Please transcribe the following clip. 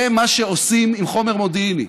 זה מה שעושים עם חומר מודיעיני,